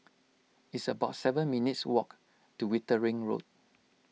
it's about seven minutes' walk to Wittering Road